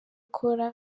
kōra